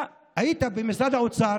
אתה היית במשרד האוצר.